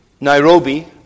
Nairobi